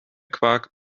quark